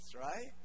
Right